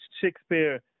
Shakespeare